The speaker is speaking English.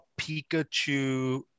Pikachu